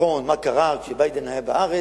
לבחון מה קרה, כשביידן היה בארץ,